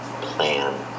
plan